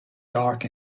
dark